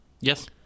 Yes